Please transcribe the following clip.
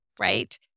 right